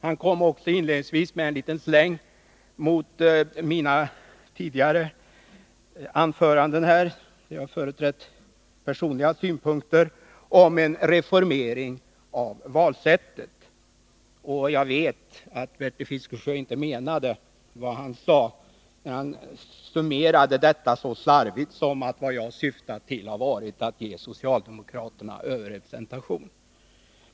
Bertil Fiskesjö kom inledningsvis också med en liten släng mot mina tidigare anföranden här i kammaren, där jag framfört personliga synpunkter om en reformering av valsättet. Jag vet att Bertil Fiskesjö inte menade vad han sade, när han summerade mina synpunkter så slarvigt som att vad jag syftade till var att ge socialdemokraterna överrepresentation.